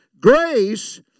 Grace